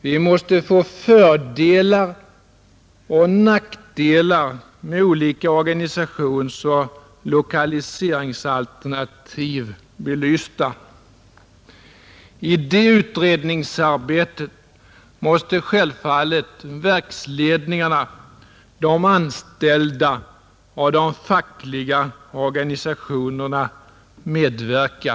Vi måste få fördelar och nackdelar med olika organisationsoch lokaliseringsalternativ belysta. I det utredningsarbetet måste självfallet verksledningarna, de anställda och de fackliga organisationerna medverka.